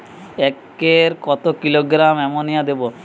একরে কত kilogram ammonia দেবো?